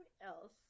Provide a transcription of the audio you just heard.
else